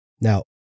Now